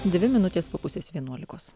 dvi minutės po pusės vienuolikos